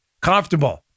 comfortable